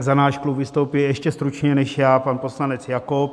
Za náš klub vystoupí ještě stručněji než já pan poslanec Jakob.